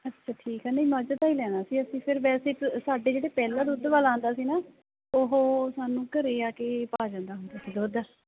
ਅੱਛਾ ਠੀਕ ਹੈ ਨਹੀਂ ਮੱਝ ਦਾ ਹੀ ਲੈਣਾ ਸੀ ਅਸੀਂ ਫਿਰ ਵੈਸੇ ਇੱਕ ਸਾਡੇ ਜਿਹੜੇ ਪਹਿਲਾਂ ਦੁੱਧ ਵਾਲਾ ਆਉਂਦਾ ਸੀ ਨਾ ਉਹ ਸਾਨੂੰ ਘਰ ਆ ਕੇ ਪਾ ਜਾਂਦਾ ਹੁੰਦਾ ਸੀ ਦੁੱਧ